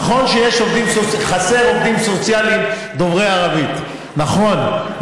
נכון שחסרים עובדים סוציאליים דוברי ערבית, נכון.